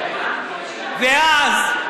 ואז,